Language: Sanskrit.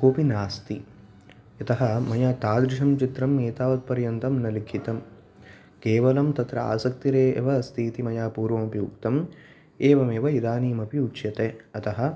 कोऽपि नास्ति यतः मया तादृशं चित्रम् एतावत् पर्यन्तं न लिखितं केवलं तत्र आसक्तिरेव अस्ति मया पूर्वम् अपि उक्तम् एवमेव इदानीम् अपि उच्यते अतः